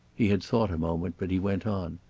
he had thought a moment, but he went on.